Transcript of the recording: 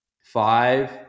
Five